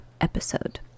episode